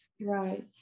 right